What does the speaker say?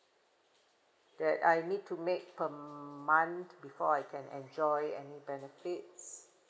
that I need to make per month before I can enjoy any benefits